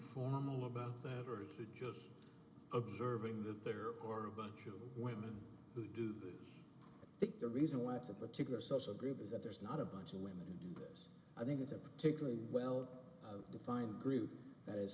formal about that really could just observing that there were a bunch of women who do think the reason why it's a particular social group is that there's not a bunch of women who do this i think it's a particularly well defined group that is